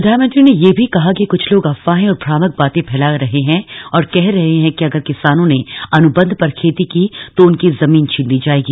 प्रधानमंत्री ने यह भी कहा कि कुछ लोग अफवाहें और भ्रामक बातें फैला रहे हैं और कह रहे हैं कि अगर किसानों ने अनुबंध पर खेती की तो उनकी जमीन छीन ली जाएगी